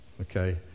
okay